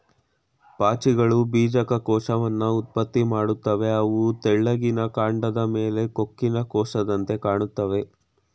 ಪಾಚಿಗಳು ಬೀಜಕ ಕೋಶವನ್ನ ಉತ್ಪತ್ತಿ ಮಾಡ್ತವೆ ಅವು ತೆಳ್ಳಿಗಿನ ಕಾಂಡದ್ ಮೇಲೆ ಕೊಕ್ಕಿನ ಕೋಶದಂತೆ ಕಾಣ್ತಾವೆ